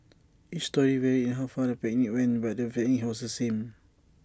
each story varied in how far the picnic went but the was the same